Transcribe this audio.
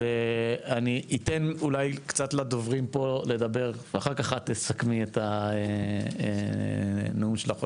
אני אתן קצת לדוברים פה לדבר ואחר כך את תסכמי את הנאום שלך,